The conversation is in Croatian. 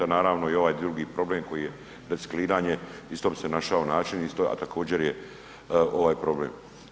A naravno i ovaj drugi problem koji je recikliranje isto bi se našao način isto, a također je ovaj problem.